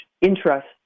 interest